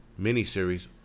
miniseries